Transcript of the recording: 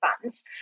funds